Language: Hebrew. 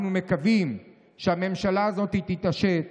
אנחנו מקווים שהממשלה הזאת תתעשת,